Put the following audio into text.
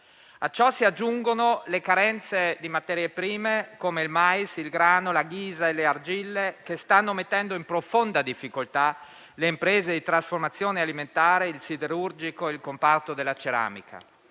A ciò si aggiungono le carenze di materie prime, come il mais, il grano, la ghisa e le argille, che stanno mettendo in profonda difficoltà le imprese di trasformazione alimentare, il siderurgico e il comparto della ceramica.